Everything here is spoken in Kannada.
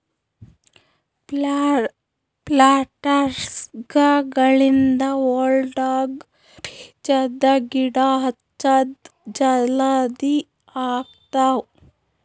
ಪ್ಲಾಂಟರ್ಸ್ಗ ಗಳಿಂದ್ ಹೊಲ್ಡಾಗ್ ಬೀಜದ ಗಿಡ ಹಚ್ಚದ್ ಜಲದಿ ಆಗ್ತಾವ್